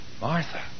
Martha